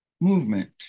movement